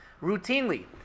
routinely